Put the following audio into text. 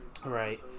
Right